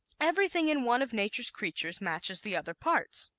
everything in one of nature's creatures matches the other parts.